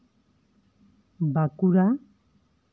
Bankura